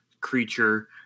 creature